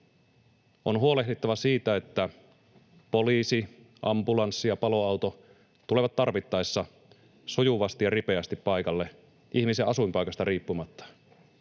On huolehdittava siitä, että poliisi, ambulanssi ja paloauto tulevat tarvittaessa sujuvasti ja ripeästi paikalle ihmisen asuinpaikasta riippumatta.